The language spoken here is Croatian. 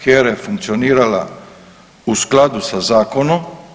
HERA je funkcionirala u skladu sa zakonom.